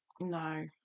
No